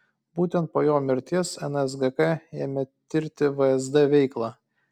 būtent po jo mirties nsgk ėmė tirti vsd veiklą